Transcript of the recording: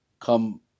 come